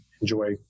enjoy